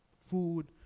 food